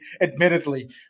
admittedly